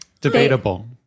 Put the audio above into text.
Debatable